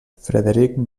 frederic